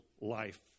life